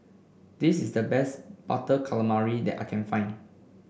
this is the best Butter Calamari that I can find